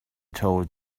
told